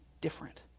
different